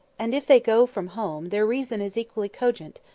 and if they go from home, their reason is equally cogent,